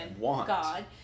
God